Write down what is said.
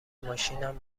ماشینم